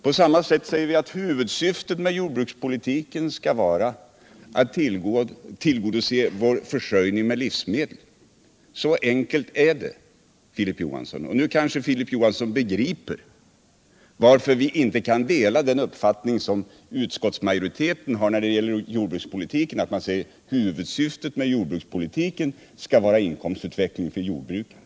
På samma sätt säger vi att huvudsyftet med jordbrukspolitiken skall vara att tillgodose vår försörjning med livsmedel. Så enkelt är det, Filip Johansson. Nu kanske Filip Johansson begriper varför vi inte kan dela den uppfattning utskottsmajoriteten har när den säger: Huvudsyftet med jordbrukspolitiken skall vara inkomstutvecklingen för jordbrukarna.